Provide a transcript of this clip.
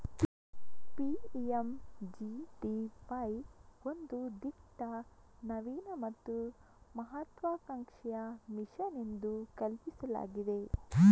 PMGDY ಒಂದು ದಿಟ್ಟ, ನವೀನ ಮತ್ತು ಮಹತ್ವಾಕಾಂಕ್ಷೆಯ ಮಿಷನ್ ಎಂದು ಕಲ್ಪಿಸಲಾಗಿದೆ